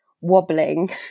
wobbling